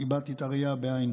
איבדתי את הראייה בעין